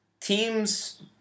teams